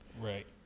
Right